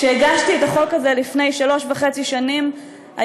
כשהגשתי את החוק הזה לפני שלוש שנים וחצי